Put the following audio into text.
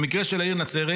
במקרה של העיר נצרת,